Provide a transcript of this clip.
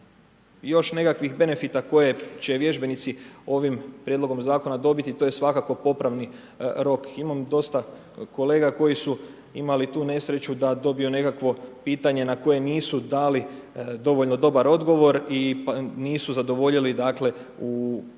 još nekakvih benefita, koje će vježbenici ovim prijedlogom zakona dobiti, to je svakako popravni rok, imam dosta kolega, koji su imali tu nesreću, da dobiju nekakvo pitanje, na koje nisu dali dovoljno dobar odgovor i nisu zadovoljili u području